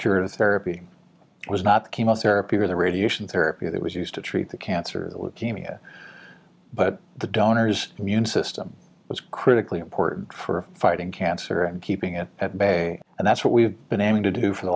curative therapy was not chemotherapy or the radiation therapy that was used to treat the cancer leukemia but the donor's immune system is critically important for fighting cancer and keeping it at bay and that's what we've been aiming to do for the